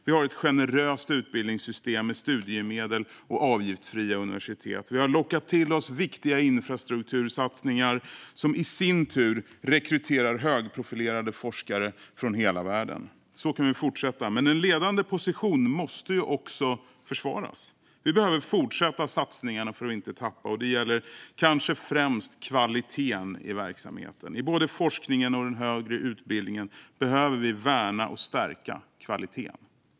Vi har ett generöst utbildningssystem med studiemedel och avgiftsfria universitet. Vi har lockat till oss viktiga infrastruktursatsningar som i sin tur rekryterar högprofilerade forskare från hela världen. Så kan vi fortsätta. Men en ledande position måste också försvaras. Vi behöver fortsätta satsningarna för att inte tappa mark. Det gäller kanske främst kvaliteten i verksamheten. I både forskningen och den högre utbildningen behöver vi värna och stärka kvaliteten.